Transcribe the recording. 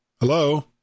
Hello